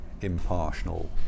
impartial